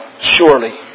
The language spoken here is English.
surely